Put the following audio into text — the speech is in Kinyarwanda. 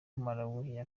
malawi